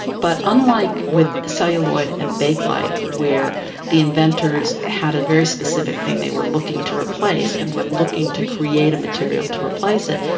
but unlike with celluloid and bakelite where the inventors had a very specific thing they were looking to replace and were looking to create a material to replace it,